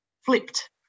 flipped